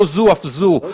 לא זו אף זו,